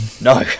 No